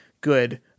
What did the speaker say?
good